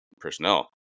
personnel